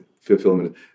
fulfillment